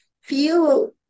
feel